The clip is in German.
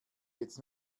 jetzt